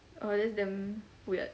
oh that's damn weird